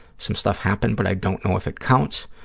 some stuff happened but i don't know if it counts.